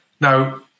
now